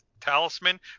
Talisman